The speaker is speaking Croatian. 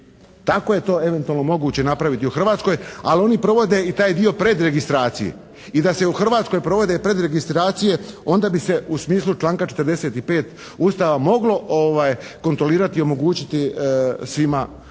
eventualno moguće napraviti u Hrvatskoj ali oni provode i taj dio predregistracije. I da se u Hrvatskoj provode predregistracije onda bi se u smislu članka 45. Ustava moglo kontrolirati i omogućiti svima